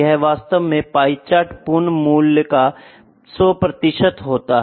यह वास्तव में पाई चार्ट पूर्ण मूल्य का 100 प्रतिशत होता है